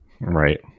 Right